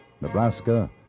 Nebraska